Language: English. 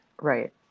right